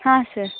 ಹಾಂ ಸರ್